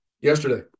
yesterday